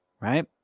right